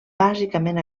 bàsicament